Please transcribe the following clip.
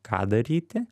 ką daryti